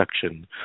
Section